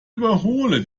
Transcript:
überhole